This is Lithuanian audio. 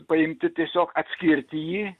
paimti tiesiog atskirti jį